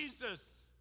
Jesus